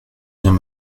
vient